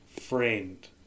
friend